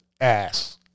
ass